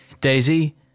Daisy